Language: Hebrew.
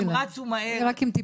הם רצו מהר